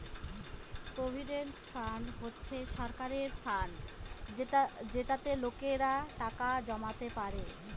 provident fund হচ্ছে সরকারের fund যেটাতে লোকেরা টাকা জমাতে পারে